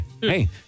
Hey